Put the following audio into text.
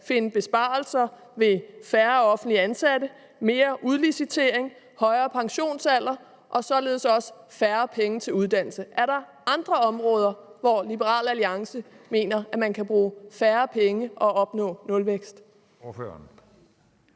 finde besparelser ved færre offentligt ansatte, mere udlicitering, højere pensionsalder og således også færre penge til uddannelse. Er der andre områder, hvor Liberal Alliance mener man kan bruge færre penge og opnå nulvækst?